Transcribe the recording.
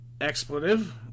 expletive